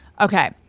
Okay